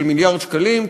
של מיליארד שקלים,